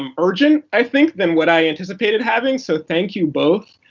um urgent, i think, than what i anticipated having. so thank you both.